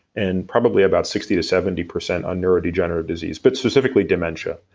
and probably about sixty to seventy percent on neurodegenerative disease, but specifically dementia.